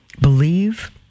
believe